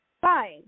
fine